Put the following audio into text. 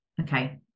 okay